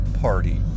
party